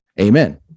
Amen